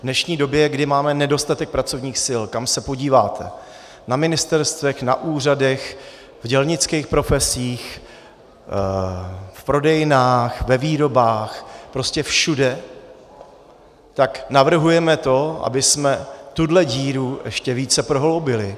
V dnešní době, kdy máme nedostatek pracovních sil, kam se podíváte, na ministerstvech, na úřadech, v dělnických profesích, v prodejnách, ve výrobách, prostě všude, tak navrhujeme to, abychom tuhle díru ještě více prohloubili.